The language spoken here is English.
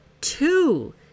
two